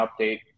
update